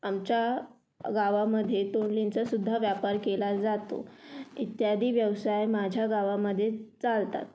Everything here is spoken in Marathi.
आमच्या गावामध्ये तोंडलींचा सुद्धा व्यापार केला जातो इत्यादी व्यवसाय माझ्या गावामध्ये चालतात